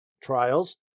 trials